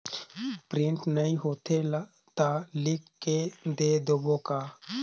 Print नइ होथे ता लिख के दे देबे का?